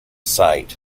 site